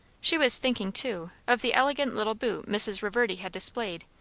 she was thinking, too, of the elegant little boot mrs. reverdy had displayed,